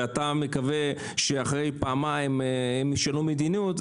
ואתה מצפה שאחרי פעמיים ישנו מדיניות.